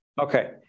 Okay